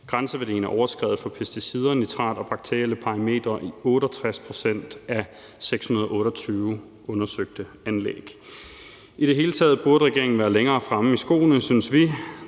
Grænseværdierne er overskredet for pesticider, nitrat og bakterielle parametre i 68 pct. af de 628 undersøgte anlæg. I det hele taget burde regeringen være længere fremme i skoene, synes vi.